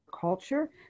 culture